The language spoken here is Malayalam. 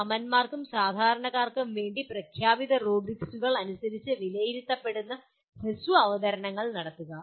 സമന്മാർക്കും സാധാരണക്കാർക്കും വേണ്ടി പ്രഖ്യാപിത റൂബ്രിക്സുകൾ അനുസരിച്ച് വിലയിരുത്തപ്പെടുന്ന ഹ്രസ്വഅവതരണങ്ങൾ നടത്തുക